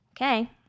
Okay